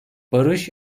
barış